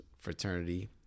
fraternity